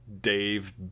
dave